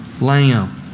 lamb